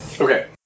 Okay